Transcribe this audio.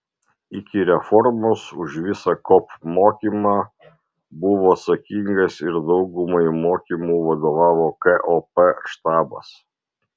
iki reformos už visą kop mokymą buvo atsakingas ir daugumai mokymų vadovavo kop štabas